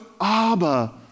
Abba